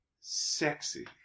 sexy